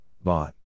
bought